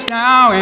now